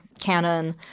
canon